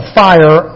fire